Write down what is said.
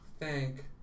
Thank